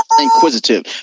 inquisitive